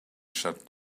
shut